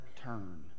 turn